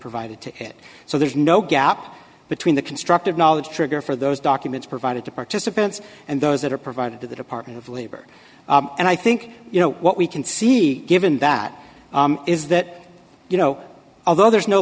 provided to it so there's no gap between the constructive knowledge trigger for those documents provided to participants and those that are provided to the department of labor and i think you know what we can see given that is that you know although there is no